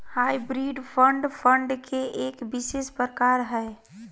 hybrid fund, fund के एक विशेष प्रकार हय